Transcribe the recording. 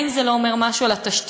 האם זה לא אומר משהו על התשתיות?